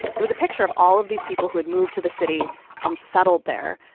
it was a picture of all of these people who had moved to the city and settled there.